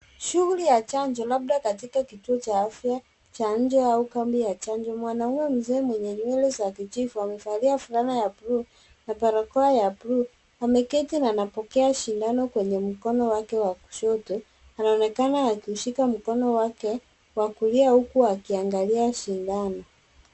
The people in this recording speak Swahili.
Shughuli ya chanjo, labda katika kituo cha afya, cha nje au kambi ya chanjo, mwanaume mzee mwenye nywele za kijivu, amevalia fulana ya blue , na barakoa ya blue , ameketi na anapokea sindano kwenye mkono wake wa kushoto, anaonekana akiushika mkono wake wa kulia huku akiangalia sindano.